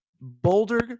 Boulder